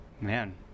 man